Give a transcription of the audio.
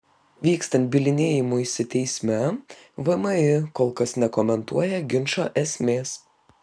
vykstant bylinėjimuisi teisme vmi kol kas nekomentuoja ginčo esmės